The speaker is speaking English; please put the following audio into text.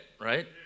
right